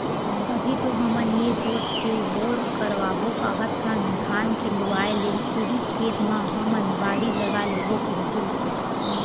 अभी तो हमन ये सोच के बोर करवाबो काहत हन धान के लुवाय ले उही खेत म हमन बाड़ी लगा लेबो कहिके